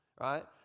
right